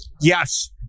Yes